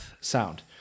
sound